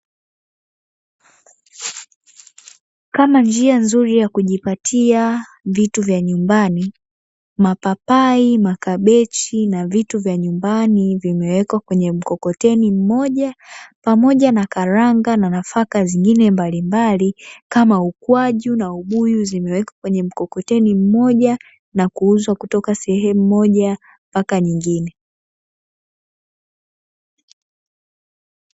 Kama njia nzuri ya kujipatia vitu vya nyumbani mapapai, makabichi na vitu vya nyumbani vimewekwa kwenye mkokoteni mmoja, pamoja na karanga na nafaka zingine mbalimbali, kama ukwaju na ubuyu zimewekwa kwenye mkokoteni mmoja na kuuzwa kutoka sehemu moja mpaka nyingine.